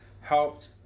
helped